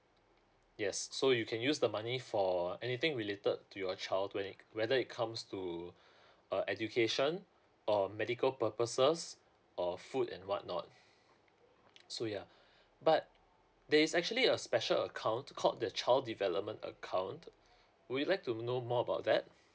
yes so you can use the money for anything related to your child to any whether it comes to uh education or medical purposes or food and whatnot so yeah but there is actually a special account called the child development account would you like to know more about that